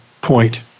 point